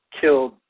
killed